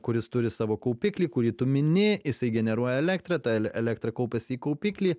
kuris turi savo kaupiklį kurį tu mini isai generuoja elektrą ta el elektra kaupas į kaupiklį